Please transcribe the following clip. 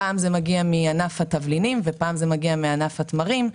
פעם זה מגיע מענף התבלינים ופעם זה מגיע מענף התמרים,